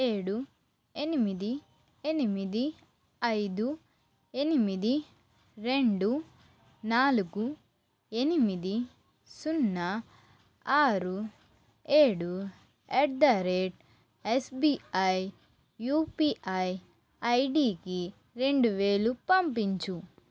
ఏడు ఎనిమిది ఎనిమిది ఐదు ఎనిమిది రెండు నాలుగు ఎనిమిది సున్నా ఆరు ఏడు at the rate SBI UPI ఐడికి రెండు వేలు పంపించు